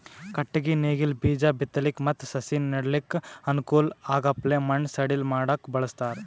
ಕಟ್ಟಗಿ ನೇಗಿಲ್ ಬೀಜಾ ಬಿತ್ತಲಕ್ ಮತ್ತ್ ಸಸಿ ನೆಡಲಕ್ಕ್ ಅನುಕೂಲ್ ಆಗಪ್ಲೆ ಮಣ್ಣ್ ಸಡಿಲ್ ಮಾಡಕ್ಕ್ ಬಳಸ್ತಾರ್